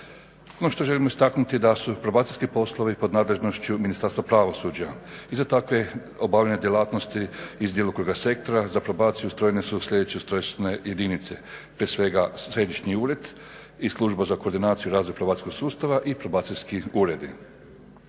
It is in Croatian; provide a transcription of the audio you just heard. No što želim istaknuti da su probacijski poslovi pod nadležnošću Ministarstva pravosuđa i za takve obavljene djelatnosti iz djelokruga sektora, za probaciju ustrojene su sljedeće ustrojstvene jedinice, prije svega Središnji ured i Služba za koordinaciju razvoja hrvatskog sustava i probacijski uredi.